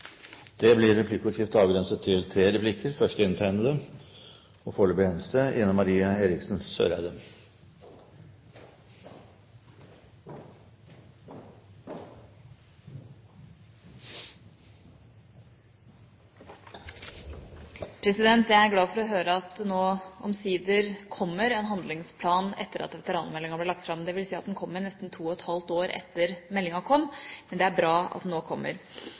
Det blir replikkordskifte. Jeg er glad for å høre at det nå omsider kommer en handlingsplan etter at veteranmeldingen ble lagt fram, dvs. at den kommer to år etter at meldingen kom. Det er bra at den nå kommer.